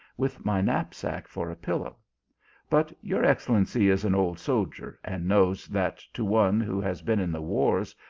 with my knapsack for a pillow but your excellency is an old soldier, and knows that to one who has been in the wars,